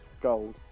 Gold